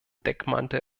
deckmantel